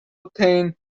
obtain